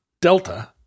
delta